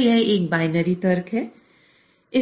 यह एक बायनरी तर्क है